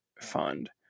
fund